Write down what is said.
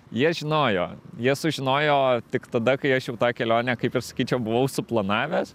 jie žinojo jie sužinojo tik tada kai aš jau tą kelionę kaip ir sakyčiau buvau suplanavęs